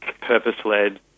purpose-led